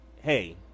hey